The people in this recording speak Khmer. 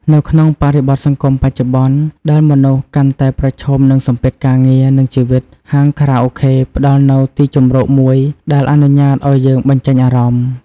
នៅក្នុងបរិបទសង្គមបច្ចុប្បន្ន ដែលមនុស្សកាន់តែប្រឈមនឹងសម្ពាធការងារ និងជីវិត ហាងខារ៉ាអូខេផ្តល់នូវទីជម្រកមួយដែលអនុញ្ញាតឲ្យយើងបញ្ចេញអារម្មណ៍។